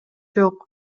жок